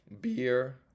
beer